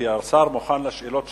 כי השר עונה לשאלות שרשומות.